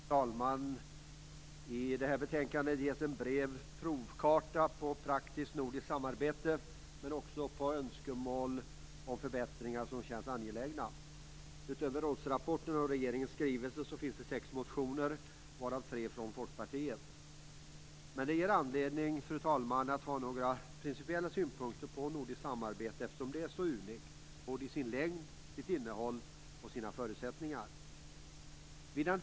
Fru talman! I det här betänkandet ges en bred provkarta på praktiskt nordiskt samarbete, men också på önskemål och förbättringar som känns angelägna. Utöver rådsrapporten och regeringens skrivelse, finns det sex motioner, varav tre från Folkpartiet. Det ger anledning, fru talman, att ha några principiella synpunkter på nordiskt samarbete eftersom det är så unikt i sin längd, sitt innehåll och sina förutsättningar.